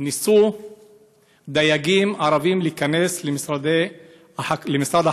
ניסו דייגים ערבים להיכנס למשרד החקלאות,